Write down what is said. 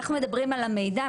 אנחנו מדברים על המידע,